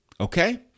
okay